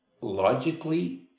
logically